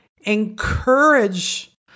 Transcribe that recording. encourage